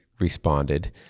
responded